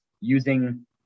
using